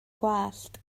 gwallt